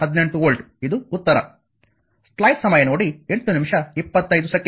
18 volt ಇದು ಉತ್ತರ